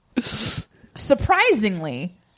Surprisingly